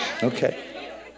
Okay